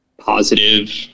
Positive